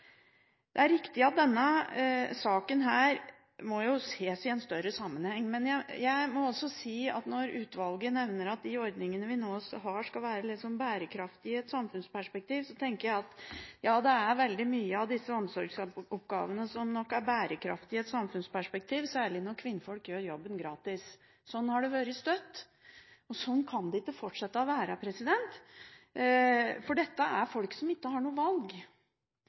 Det er riktig at denne saken må ses i en større sammenheng. Men jeg må også si at når utvalget nevner at de ordningene vi nå har, skal være bærekraftige i et samfunnsperspektiv, tenker jeg at det er veldig mange av disse omsorgsoppgavene som nok er bærekraftige i et samfunnsperspektiv, særlig når kvinnfolk gjør jobben gratis. Sånn har det vært støtt, men sånn kan det ikke fortsette å være, for dette er folk som ikke har noe valg.